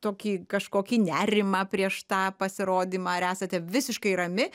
tokį kažkokį nerimą prieš tą pasirodymą ar esate visiškai rami